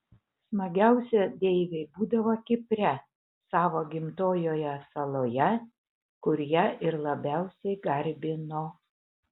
smagiausia deivei būdavo kipre savo gimtojoje saloje kur ją ir labiausiai garbino